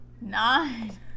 Nine